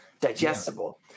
digestible